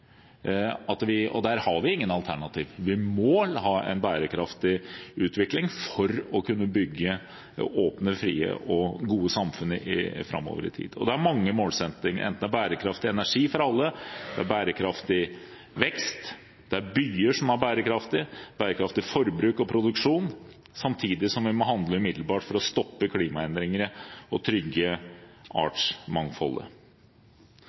Og der har vi ingen alternativ. Vi må ha en bærekraftig utvikling for å kunne bygge åpne, frie og gode samfunn framover i tid. Og det er mange målsettinger – enten det er bærekraftig energi for alle, bærekraftig vekst, bærekraftige byer eller bærekraftig forbruk og produksjon – samtidig som vi må handle umiddelbart for å stoppe klimaendringene og trygge artsmangfoldet.